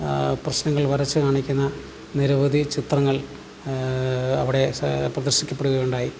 പ്രശ്നങ്ങൾ വരച്ചു കാണിക്കുന്ന നിരവധി ചിത്രങ്ങൾ അവിടെ പ്രദർശിപ്പിക്കപ്പെടുകയുണ്ടായി